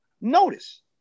Notice